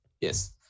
Yes